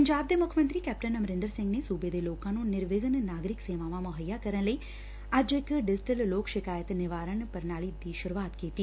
ਪੰਜਾਬ ਦੇ ਮੁੱਖ ਮੰਤਰੀ ਕੈਪਟਨ ਅਮਰੰਦਰ ਸੰਘ ਨੇ ਸੂਬੇ ਦੇ ਲੋਕਾਂ ਨੂੰ ਨਿਰਵਿਘਨ ਨਾਗਰਿਕ ਸੇਵਾਵਾਂ ਮੁਹੱਈਆ ਕਰਨ ਲਈ ਅੱਜ ਇਕ ਡਿਜੀਟਲ ਲੋਕ ਸ਼ਿਕਾਇਤ ਨਿਵਾਰਨ ਪ੍ਰਣਾਲੀ ਦੀ ਸੁਰੂਆਤ ਕੀਤੀ